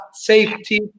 safety